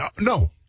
No